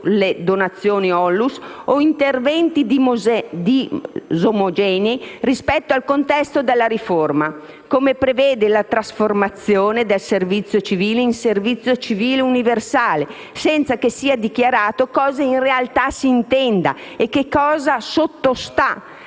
donazioni ad Onlus o interventi disomogenei rispetto al contesto della riforma, come la trasformazione del servizio civile in servizio civile universale, senza che sia dichiarato cosa in realtà si intenda e che cosa sottostà